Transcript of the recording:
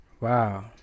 wow